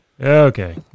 Okay